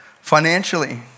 financially